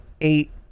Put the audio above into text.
eight